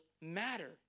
matter